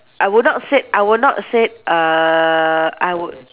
I would not say I would not say uh I would